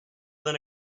then